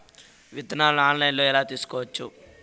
విత్తనాలను ఆన్లైన్లో ఎలా తీసుకోవచ్చు